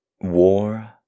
War